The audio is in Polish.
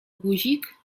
guzik